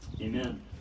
amen